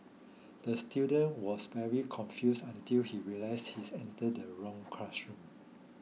the student was very confused until he realised he's entered the wrong classroom